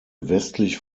westlich